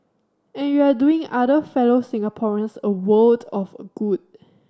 and you're doing other fellow Singaporeans a world of a good